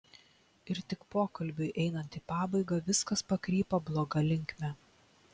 ir tik pokalbiui einant į pabaigą viskas pakrypo bloga linkme